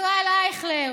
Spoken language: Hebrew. ישראל אייכלר.